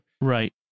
right